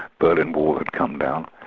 but and wall had come down,